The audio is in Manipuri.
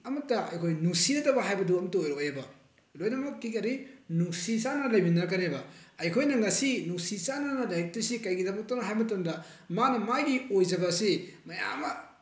ꯑꯃꯠꯇ ꯑꯩꯈꯣꯏ ꯅꯨꯡꯁꯤꯅꯗꯕ ꯍꯥꯏꯕꯗꯨ ꯑꯝꯇ ꯑꯣꯏꯔꯛꯑꯣꯏꯕ ꯂꯣꯏꯅꯃꯛꯀꯤ ꯀꯔꯤ ꯅꯨꯡꯁꯤ ꯆꯥꯅꯅ ꯂꯩꯃꯤꯟꯅꯔꯛꯀꯅꯦꯕ ꯑꯩꯈꯣꯏꯅ ꯉꯁꯤ ꯅꯨꯡꯁꯤ ꯆꯥꯅꯅ ꯂꯩꯔꯛꯇ꯭ꯔꯤꯁꯤ ꯀꯔꯤꯒꯤꯗꯃꯛꯇꯅꯣ ꯍꯥꯏꯕ ꯃꯇꯝꯗ ꯃꯥꯅ ꯃꯥꯒꯤ ꯑꯣꯏꯖꯕ ꯑꯁꯤ ꯃꯌꯥꯝ ꯑꯃ